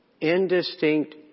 indistinct